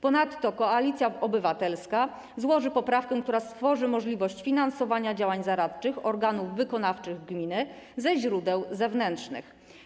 Ponadto Koalicja Obywatelska złoży poprawkę, która stworzy możliwość finansowania działań zaradczych organów wykonawczych gminy ze źródeł zewnętrznych.